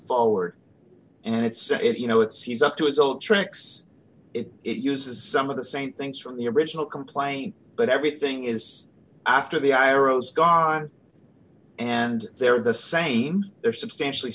forward and it's if you know it's he's up to his old tricks it uses some of the same things from the original complaint but everything is after the arrows gone and they're the same they're substantially